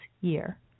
year